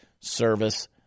service